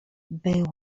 była